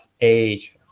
age